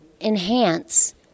enhance